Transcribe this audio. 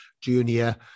junior